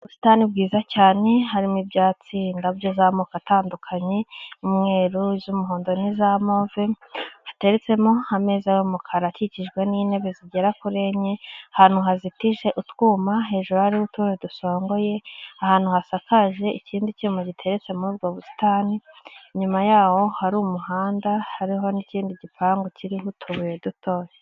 Ubusitani bwiza cyane, harimo ibyatsi, indabyo z'amoko atandukanye, umweru, iz'umuhondo n'iza move, hateretsemo ameza y'umukara akikijwe n'intebe zigera kuri enye, ahantu hazitije utwuma hejuru hariho utundi dusongoye, ahantu hasakaje ikindi cyuma giteretse muri ubwo busitani, inyuma yaho hari umuhanda hariho n'ikindi gipangu kiriho utubuye dutoya.